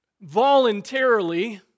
voluntarily